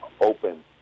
open